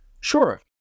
Sure